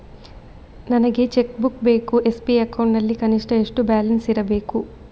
ನನಗೆ cheque book ಬೇಕು SB account ನಲ್ಲಿ ಕನಿಷ್ಠ ಎಷ್ಟು ಬ್ಯಾಲೆನ್ಸ್ ಇರಬೇಕು?